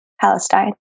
Palestine